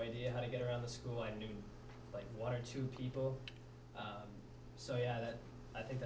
idea how to get around the school i mean like one or two people so yeah that i think